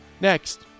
Next